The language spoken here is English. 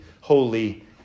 holy